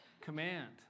command